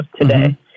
today